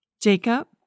Jacob